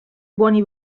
buoni